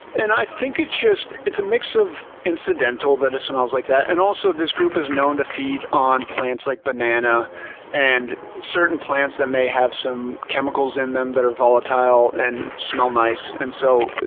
and i think it's just, it's a mix of incidental that it smells like that. and also this group is known to feed on plants like banana and certain plants that may have some chemicals in them that are volatile and smell nice. and so,